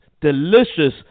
delicious